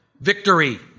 victory